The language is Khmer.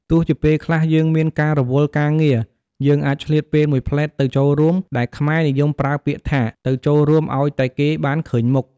ទោះជាពេលខ្លះយើងមានការរវល់ការងារ យើងអាចឆ្លៀតពេលមួយភ្លេតទៅចូលរួម ដែលខ្មែរនិយមប្រើពាក្យថា "ទៅចូលរួមអោយតែគេបានឃើញមុខ"។